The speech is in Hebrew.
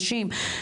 נקרא לזה כך.